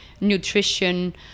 nutrition